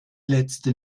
letzte